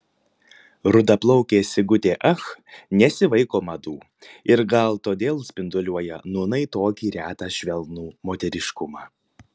rudaplaukė sigutė ach nesivaiko madų ir gal todėl spinduliuoja nūnai tokį retą švelnų moteriškumą